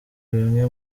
bimwe